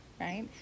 right